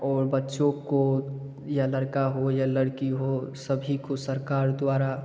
और बच्चों को या लड़का हो या लड़की हो सभी को सरकार द्वारा